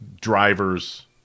drivers